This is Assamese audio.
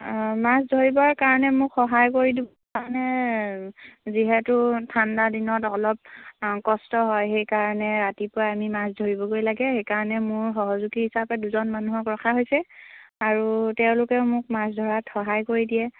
মাছ ধৰিবৰ কাৰণে মোক সহায় কৰি দিব কাৰণে যিহেতু ঠাণ্ডা দিনত অলপ কষ্ট হয় সেইকাৰণে ৰাতিপুৱাই আমি মাছ ধৰিবগৈ লাগে সেইকাৰণে মোৰ সহযোগী হিচাপে দুজন মানুহক ৰখা হৈছে আৰু তেওঁলোকেও মোক মাছ ধৰাত সহায় কৰি দিয়ে